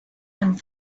and